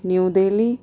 new Delhi